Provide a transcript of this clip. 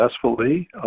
successfully